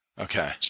Okay